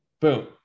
Boom